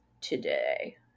today